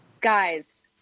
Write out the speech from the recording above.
Guys